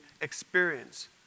experience